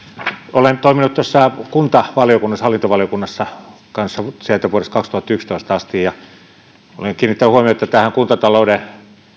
olen toiminut kuntavaliokunnassa hallintovaliokunnassa kanssa sieltä vuodesta kaksituhattayksitoista asti ja olen kiinnittänyt huomiota näihin kuntatalouden